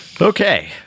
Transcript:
Okay